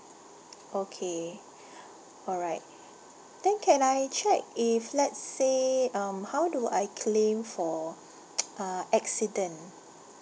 okay alright then can I check if let's say um how do I claim for uh accident